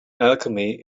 alchemy